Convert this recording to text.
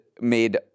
made